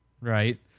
right